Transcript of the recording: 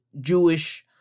Jewish